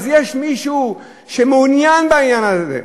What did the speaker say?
אז יש מישהו שמעוניין בעניין הזה,